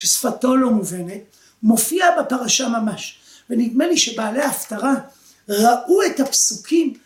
ששפתו לא מובנת, מופיעה בפרשה ממש ונדמה לי שבעלי ההפטרה ראו את הפסוקים